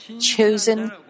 chosen